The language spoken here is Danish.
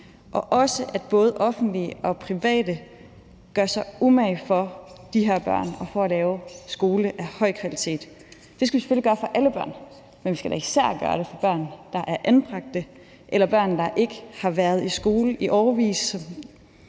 og også, at både offentlige og private gør sig umage for de her børn og for at lave en skole af høj kvalitet. Det skal vi selvfølgelig gøre for alle børn, men vi da skal især gøre det for børn, der er anbragt, eller børn, der ikke har været i skole i årevis, og